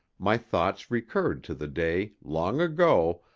my thoughts recurred to the day, long ago,